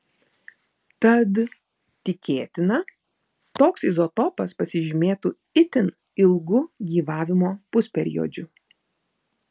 tad tikėtina toks izotopas pasižymėtų itin ilgu gyvavimo pusperiodžiu